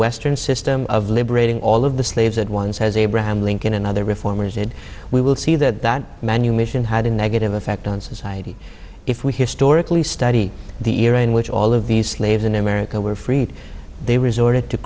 western system of liberating all of the slaves at once has abraham lincoln and other reformers and we will see that that manumission had a negative effect on society if we historically study the era in which all of these slaves in america were freed they resorted to